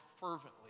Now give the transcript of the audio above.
fervently